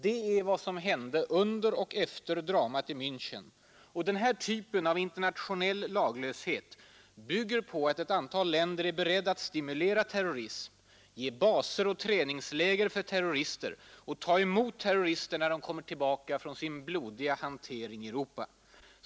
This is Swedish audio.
Det är vad som hänt under och efter dramat i Mänchen. Denna typ av internationell laglöshet bygger på att ett antal länder är beredda att stimulera terrorism, ge baser och träningsläger för terrorister och ta emot terrorister när de kommer tillbaka från sin blodiga hantering i Europa.